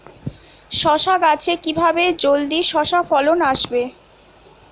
শশা গাছে কিভাবে জলদি শশা ফলন আসবে?